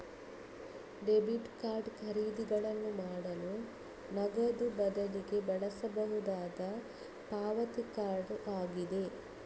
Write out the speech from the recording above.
debit card ಖರೀದಿಗಳನ್ನು ಮಾಡಲು ನಗದು ಬದಲಿಗೆ ಬಳಸಬಹುದಾದ ಪಾವತಿ ಕಾರ್ಡ್ ಆಗಿದೆ